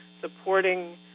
supporting